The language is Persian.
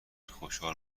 خوشحال